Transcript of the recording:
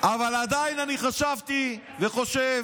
אבל עדיין אני חשבתי וחושב,